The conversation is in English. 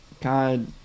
God